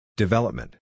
Development